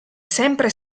sempre